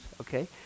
okay